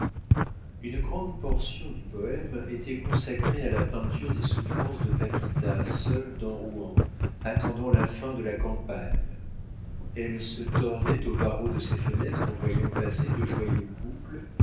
une grande portion du poème était consacrée à la peinture des souffrances de paquita seule dans rouen attendant la fin de la campagne elle se tordait aux barreaux de ses fenêtres en voyant passer de joyeux couples